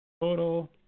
total